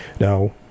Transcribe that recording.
Now